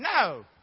No